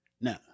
No